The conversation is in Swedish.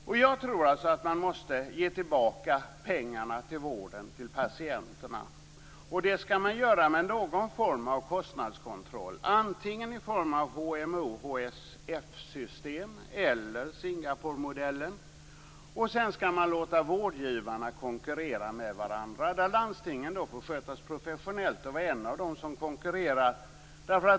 Jag tror alltså att man måste ge tillbaka pengarna till vården, till patienterna, och det skall man göra under någon form av kostnadskontroll, antingen i form av Sedan skall man också låta vårdgivarna konkurrera med varandra. Landstingen skall skötas professionellt och vara en av de aktörer som konkurrerar.